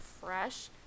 fresh